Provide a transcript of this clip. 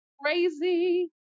crazy